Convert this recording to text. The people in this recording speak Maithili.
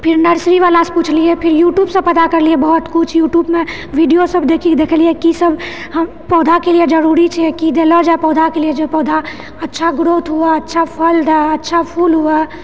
फिर नर्सरी वलासँ पुछलिऐ फिर यूट्यूबसँ पता करलिऐ बहुत किछु यूट्यूबमे वीडियो सभ देखि देखलिए कि सभ हम पौधाके लिए जरुरि छै कि देलो जाए पौधाके लिए जे पौधा अच्छा ग्रोथ हुए अच्छा फल दए अच्छा फूल हुए